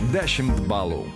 dešimt balų